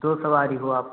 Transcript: दो सवारी हो आप